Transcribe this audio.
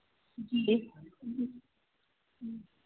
जी